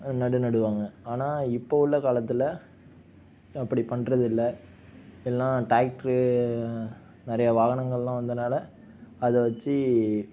நடு நடுவாங்க ஆனால் இப்போது உள்ள காலத்தில் அப்படி பண்றதில்லை எல்லாம் டேராக்ட்ரு நிறையா வாகனங்கள்லாம் வந்ததனால அதை வச்சு